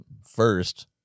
first